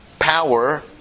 Power